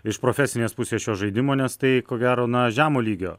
iš profesinės pusės šio žaidimo nes tai ko gero na žemo lygio